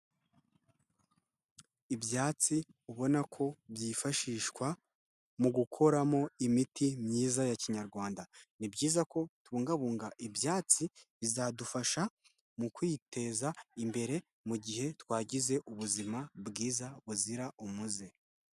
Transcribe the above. Ibyatsi ubona ko byifashishwa mu gukoramo imiti myiza ya kinyarwanda, ni byiza ko tubungabunga ibyatsi bizadufasha mu kwiteza imbere mu gihe twagize ubuzima bwiza buzira umuze.